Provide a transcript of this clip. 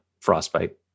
frostbite